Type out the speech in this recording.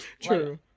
True